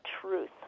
truth